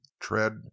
tread